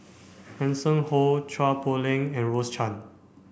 Hanson Ho Chua Poh Leng and Rose Chan